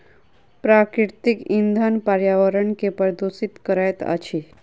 प्राकृतिक इंधन पर्यावरण के प्रदुषित करैत अछि